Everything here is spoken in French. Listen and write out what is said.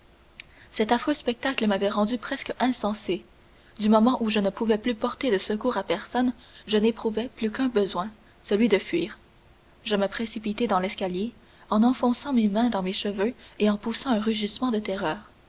cet affreux spectacle m'avait rendu presque insensé du moment où je ne pouvais plus porter de secours à personne je n'éprouvais plus qu'un besoin celui de fuir je me précipitai dans l'escalier en enfonçant mes mains dans mes cheveux et en poussant un rugissement de terreur